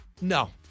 No